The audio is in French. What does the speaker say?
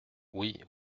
oui